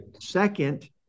Second